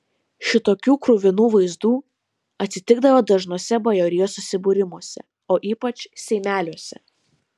šitokių kruvinų vaizdų atsitikdavo dažnuose bajorijos susibūrimuose o ypač seimeliuose